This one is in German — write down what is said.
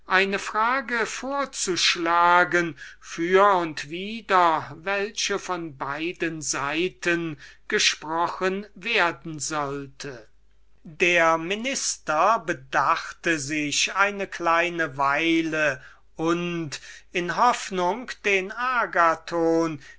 eine frage vorzuschlagen für und wider welche von beiden seiten gesprochen werden sollte dieser minister bedachte sich eine kleine weile und in hoffnung den agathon